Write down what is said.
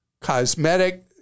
cosmetic